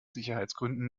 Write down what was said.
sicherheitsgründen